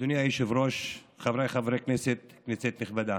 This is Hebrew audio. אדוני היושב-ראש, חבריי חברי הכנסת, כנסת נכבדה,